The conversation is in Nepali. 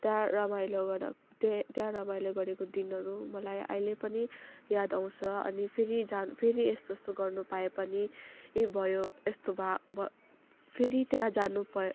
त्यहाँ रमाइलो गर्दा त्यहाँ रमाइलो गरेको दिनहरू मलाई आइले पनि याद आउँछ अनि फेरि जहाँ फेरि यस्तो यस्तो गर्नु पाए पनि यस्तो भयो यस्तो भा फेरि त्यहाँ जानु प